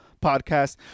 Podcast